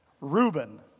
Reuben